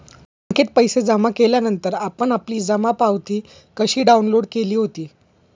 बँकेत पैसे जमा केल्यानंतर आपण आपली जमा पावती कशी डाउनलोड केली होती?